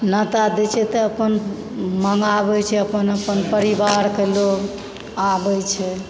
न्यौता देइ छै तऽअपन मनाबै छै अपन अपन परिवारके लोग आबै छै